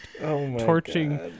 torching